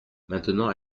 maintenant